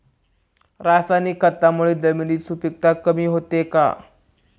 रासायनिक खतांमुळे जमिनीची सुपिकता कमी होते का?